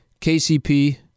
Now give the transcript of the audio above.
KCP –